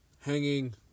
hanging